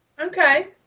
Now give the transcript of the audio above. okay